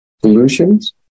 solutions